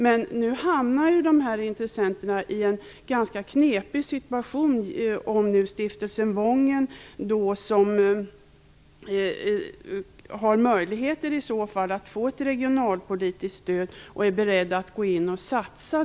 Men nu hamnar de här intressenterna i en ganska knepig situation, om Stiftelsen Wången har möjligheter att få ett regionalpolitiskt stöd och är beredd att gå in och satsa.